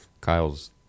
Kyle's